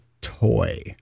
toy